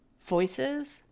voices